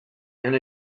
and